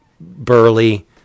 burly